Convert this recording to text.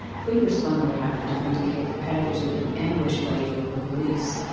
cleaver spun what happened to indicate the panthers had been ambushed by the oakland police.